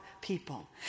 people